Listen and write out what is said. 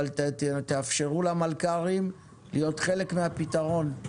אבל תאפשרו למלכ"רים להיות חלק מהפתרון.